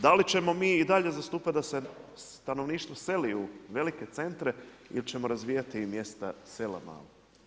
Da li ćemo mi i dalje zastupati da se stanovništvo seli u velike centre ili ćemo razvijati mjesta, sela mala.